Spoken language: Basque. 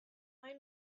gain